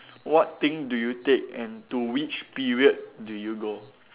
what thing do you take and to which period do you go